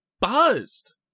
buzzed